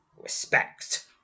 Respect